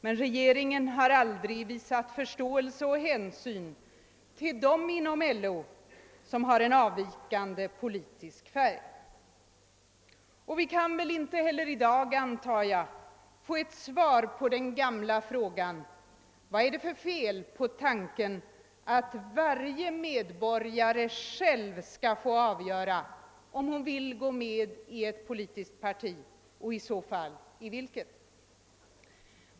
Men regeringen har aldrig visat förståelse och hänsyn för dem inom LO som har en avvikande politisk färg. Jag antar att vi inte heller i dag kan få ett svar på den gamla frågan: Vad är det för fel på tanken att varje medborgare själv skall få avgöra om han vill gå med i ett politiskt parti och i så fall i vilket?